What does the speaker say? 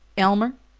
elmer?